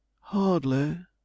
Hardly